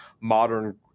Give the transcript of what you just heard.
modern